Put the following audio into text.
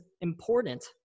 important